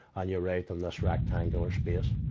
ah you're right in this rectangular space.